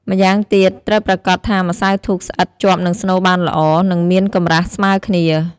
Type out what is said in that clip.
ម្យ៉ាងទៀតត្រូវប្រាកដថាម្សៅធូបស្អិតជាប់នឹងស្នូលបានល្អ និងមានកម្រាស់ស្មើគ្នា។